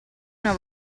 una